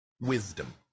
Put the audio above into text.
Wisdom